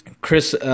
Chris